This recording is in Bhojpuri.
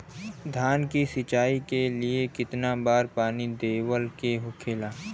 धान की सिंचाई के लिए कितना बार पानी देवल के होखेला?